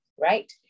Right